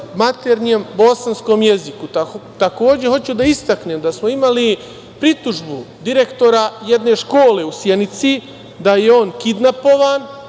maternjem, bosanskom jeziku. Takođe, hoću da istaknem da smo imali pritužbu direktora jedne škole u Sjenici, da je on kidnapovan,